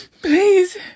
Please